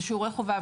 כן.